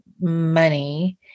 money